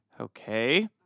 okay